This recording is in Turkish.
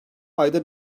ayda